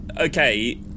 Okay